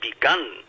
begun